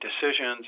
decisions